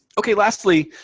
ok. lastly